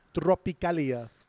Tropicalia